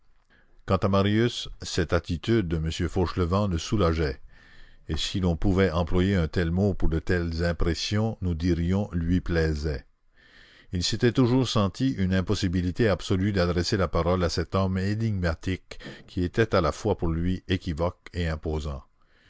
quant à marius cette attitude de m fauchelevent le soulageait et si l'on pouvait employer un tel mot pour de telles impressions nous dirions lui plaisait il s'était toujours senti une impossibilité absolue d'adresser la parole à cet homme énigmatique qui était à la fois pour lui équivoque et imposant